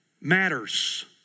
matters